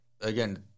Again